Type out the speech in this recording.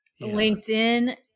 LinkedIn